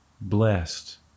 blessed